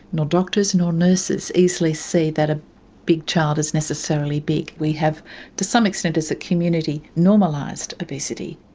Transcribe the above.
nor doctors, nor nurses easily see that a big child is necessarily big. we have to some extent as a community normalised obesity.